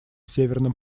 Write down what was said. северным